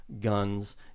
guns